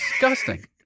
disgusting